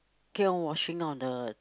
keep on watching on the